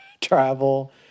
travel